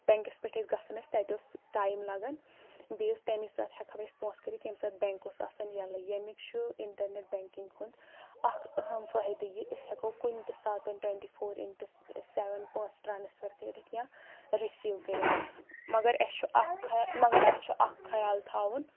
بٮ۪نٛکَس پٮ۪ٹھ ٲسۍ گژھان أسۍ تَتہِ اوس ٹایم لَگان بیٚیہِ اوس تَمی ساتہٕ ہٮ۪کہو أسۍ پونٛسہٕ کٔرِتھ ییٚمہِ ساتہٕ بٮ۪نٛک اوس آسان ییٚلَے ییٚمیُک چھُ اِنٹَرنٮ۪ٹ بٮ۪نٛکِنٛگ ہُنٛد اَکھ اہم فٲہِدٕ یہِ أسۍ ہٮ۪کو کُنہِ تہِ ساتَن ٹُوَنٹی فور اِنٹہُ سٮ۪وَن پونٛسہٕ ٹرٛانَسفَر کٔرِتھ یا رٔسیٖو کٔرِتھ مگر اَسہِ چھُ اَکھ خَیال مگر اَسہِ چھُ اَکھ خیال تھاوُن